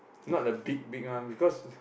not the big big one because